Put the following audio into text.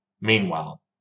Meanwhile